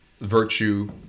virtue